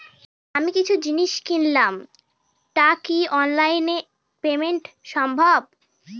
আমি কিছু জিনিস কিনলাম টা কি অনলাইন এ পেমেন্ট সম্বভ?